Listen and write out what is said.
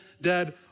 dead